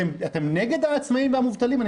אתם נגד העצמאים והמובטלים?